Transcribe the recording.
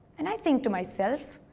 and i think to myself,